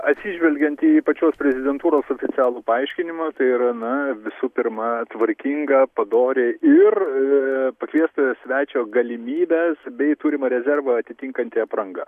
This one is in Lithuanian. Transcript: atsižvelgiant į pačios prezidentūros oficialų paaiškinimą tai yra na visų pirma tvarkinga padori ir pakviestojo svečio galimybes bei turimą rezervą atitinkanti apranga